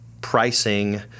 pricing